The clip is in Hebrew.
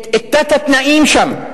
את תת-התנאים שם.